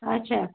اَچھا